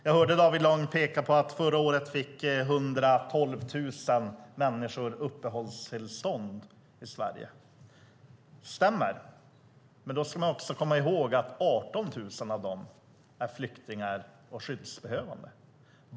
Jag hörde David Lång peka på att förra året fick 112 000 människor uppehållstillstånd i Sverige. Det stämmer, men då ska man också komma ihåg att 18 000 av dem är flyktingar och skyddsbehövande.